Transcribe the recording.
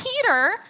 Peter